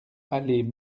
allée